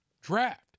draft